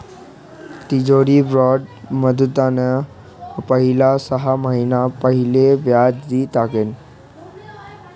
treasury bond मुदतना पहिले सहा महिना पहिले व्याज दि टाकण